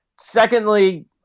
secondly